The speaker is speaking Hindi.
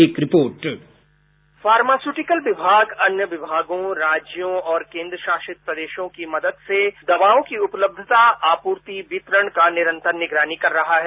एक रिपोर्ट साउंड बाईट फार्मास्युटिकल विमाग अन्य विमागों राज्यों और केन्द्र शासित प्रदेशों की मदद से दवाओं की उपलब्धता आपूर्ति वितरण का निरंतर निगरानी कर रहा है